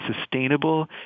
sustainable